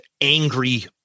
angry